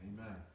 Amen